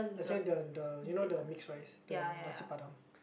as in the the you know the mixed rice the nasi padang